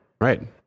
Right